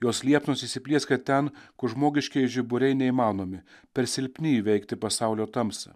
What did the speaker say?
jos liepsnos įsiplieskia ten kur žmogiškieji žiburiai neįmanomi per silpni įveikti pasaulio tamsą